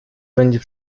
będzie